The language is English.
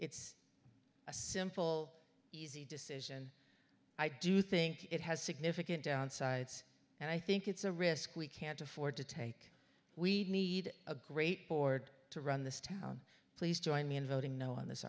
it's a simple easy decision i do think it has significant downsides and i think it's a risk we can't afford to take we need a great board to run this town please join me in voting no on this